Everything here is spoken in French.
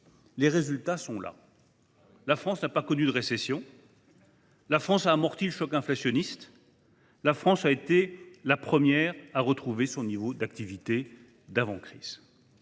Les résultats sont là. Ah oui ! La France n’a pas connu de récession ; elle a amorti le choc inflationniste ; elle a été la première à retrouver son niveau d’activité d’avant la crise.